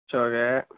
சரி ஓகே